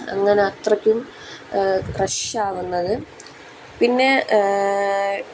അങ്ങനെ അത്രയ്ക്കും റഷ് ആവുന്നത് പിന്നെ